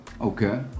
Okay